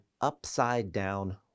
upside-down